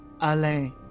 Alain